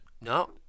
No